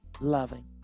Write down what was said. loving